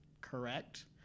correct